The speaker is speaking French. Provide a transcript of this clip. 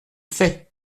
fait